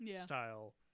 style